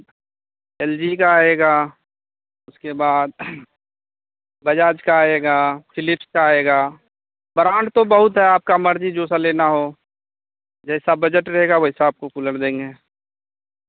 L G का आएगा उसके बाद बजाज का आएगा फिलिप्स का आएगा ब्राण्ड तो बहुत है आपका मर्ज़ी जो सा लेना हो जैसा बजट रहेगा वैसा आपको कूलर देंगे